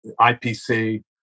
IPC